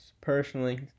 Personally